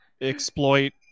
exploit